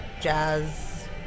jazz